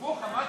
מה עם,